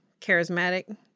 charismatic